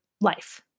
life